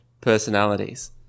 personalities